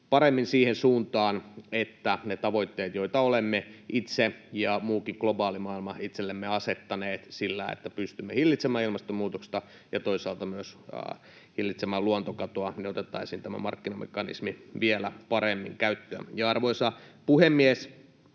paremmin siihen suuntaan, että saavutamme ne tavoitteet, joita olemme itse ja muukin globaali maailma itsellemme asettaneet, ja pystymme hillitsemään ilmastonmuutosta ja toisaalta myös hillitsemään luontokatoa. Eli otettaisiin siinä tämä markkinamekanismi vielä paremmin käyttöön. Arvoisa puhemies!